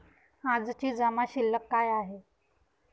आजची जमा शिल्लक काय आहे?